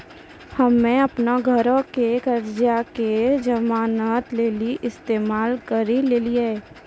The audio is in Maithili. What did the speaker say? हम्मे अपनो घरो के कर्जा के जमानत लेली इस्तेमाल करि लेलियै